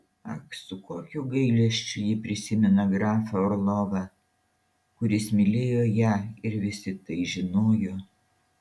ak su kokiu gailesčiu ji prisimena grafą orlovą kuris mylėjo ją ir visi tai žinojo